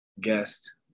guest